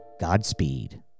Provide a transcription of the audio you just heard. Godspeed